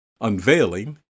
Unveiling